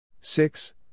Six